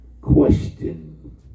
Question